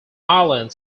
island